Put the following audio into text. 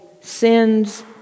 sins